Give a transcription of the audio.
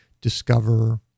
discover